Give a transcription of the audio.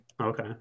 Okay